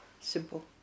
Simple